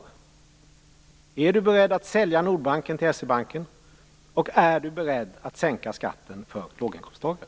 Är Erik Åsbrink beredd att sälja Nordbanken till S-E-Banken? Är Erik Åsbrink beredd att sänka skatten för låginkomsttagare?